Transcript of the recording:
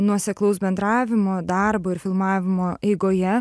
nuoseklaus bendravimo darbo ir filmavimo eigoje